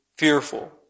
fearful